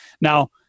Now